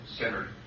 centered